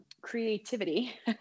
creativity